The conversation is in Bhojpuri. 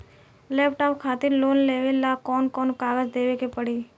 लैपटाप खातिर लोन लेवे ला कौन कौन कागज देवे के पड़ी?